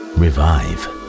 revive